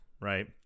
right